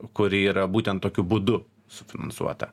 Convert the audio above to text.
kuri yra būtent tokiu būdu sufinansuota